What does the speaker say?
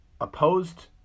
opposed